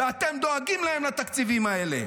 ואתם דואגים להם לתקציבים האלה.